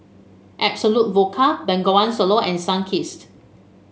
Absolut Vodka Bengawan Solo and Sunkist